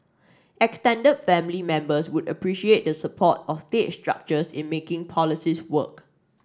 extended family members would appreciate the support of state structures in making policies work